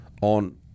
on